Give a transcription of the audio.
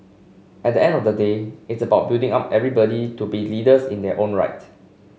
at end of the day it's about building up everybody to be leaders in their own right